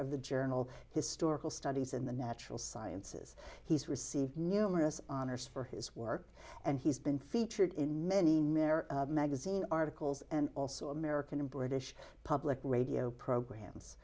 of the journal historical studies in the natural sciences he's received numerous honors for his work and he's been featured in many magazine articles and also american and british public radio programs